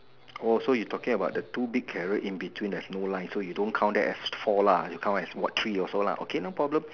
oh so you're talking about the two big carrot in between there's no line so you don't count that as four you count as what three also okay no problem